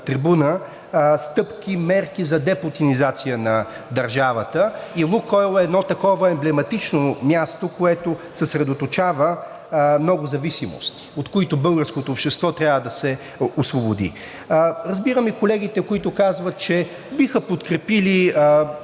трибуна – стъпки, мерки за депутинизация на държавата и „Лукойл“ е едно такова емблематично място, което съсредоточава много зависимости, от които българското общество трябва да се освободи. Разбирам и колегите, които казват, че биха подкрепили